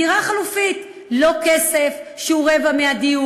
דירה חלופית, לא כסף, שהוא רבע מהדיור,